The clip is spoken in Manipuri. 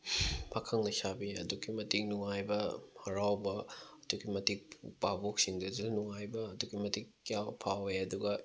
ꯄꯥꯈꯪ ꯂꯩꯁꯥꯕꯤ ꯑꯗꯨꯛꯀꯤ ꯃꯇꯤꯛ ꯅꯨꯡꯉꯥꯏꯕ ꯍꯔꯥꯎꯕ ꯑꯗꯨꯛꯀꯤ ꯃꯇꯤꯛ ꯕꯥꯕꯣꯛꯁꯤꯡꯗꯁꯨ ꯅꯨꯡꯉꯥꯏꯕ ꯑꯗꯨꯛꯀꯤ ꯃꯇꯤꯛ ꯐꯥꯎꯋꯦ ꯑꯗꯨꯒ